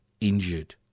injured